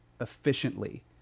efficiently